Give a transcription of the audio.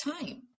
time